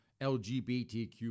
LGBTQ